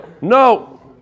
No